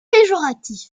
péjoratif